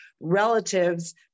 relatives